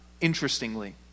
interestingly